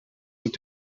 und